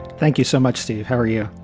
thank you so much, steve. how are you?